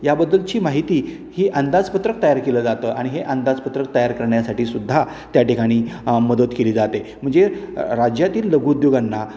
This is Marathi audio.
याबद्दलची माहिती ही अंदाजपत्रक तयार केलं जातं आणि हे अंदाजपत्रक तयार करण्यासाठी सुद्धा त्या ठिकाणी मदत केली जाते म्हणजे राज्यातील लघुउद्योगांना